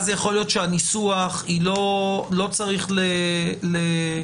אז יכול להיות שהניסוח לא צריך להתייחס